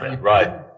right